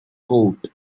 court